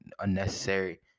unnecessary